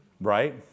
Right